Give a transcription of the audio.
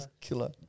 killer